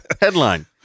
Headline